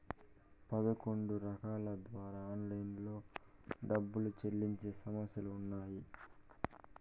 పదకొండు రకాల ద్వారా ఆన్లైన్లో డబ్బులు చెల్లించే సంస్థలు ఉన్నాయి